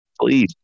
Please